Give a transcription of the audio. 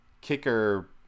kicker